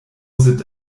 sind